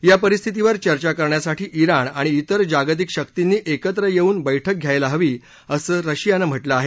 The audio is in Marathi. या परिस्थितीवर चर्चा करण्यासाठी जिण आणि तिर जागतिक शर्तीनी एकत्र येऊन बैठक घ्यायला हवी असं रशियानं म्हटलं आहे